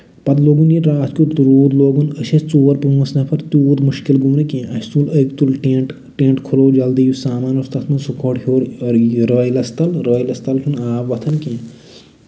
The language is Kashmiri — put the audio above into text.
پَتہٕ لوگُنَے راتھ کیُتھ روٗد لوٚگُن أسۍ ٲسۍ ژور پانٛژھ نَفر توٚت مُشکِل گوٚو نہٕ کیٚنہہ اَسہِ ووٚن أکۍ تُل ٹٮ۪نٹ ٹٮ۪نٹ کھُلو جلدی یُس سامان اوس تَتھ منٛز سُہ کھوٚر ہٮ۪وٚر رٲہِلَس تَل رٲہلَس تَل چھُنہٕ آب وۄتھان کیٚنہہ